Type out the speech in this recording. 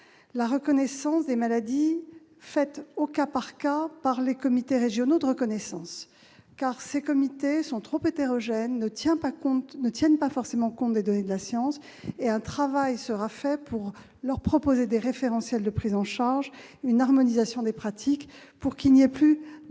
la reconnaissance des maladies faite au cas par cas par les comités régionaux de reconnaissance. Ces comités sont trop hétérogènes et ne tiennent pas forcément compte des données de la science. Un travail sera fait pour leur proposer des référentiels de prise en charge et une harmonisation des pratiques pour qu'il n'y ait plus d'aléa ou d'arbitraire.